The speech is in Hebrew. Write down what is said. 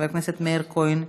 חבר הכנסת מאיר כהן,